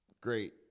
great